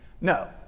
No